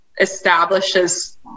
establishes